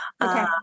Okay